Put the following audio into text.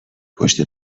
پشت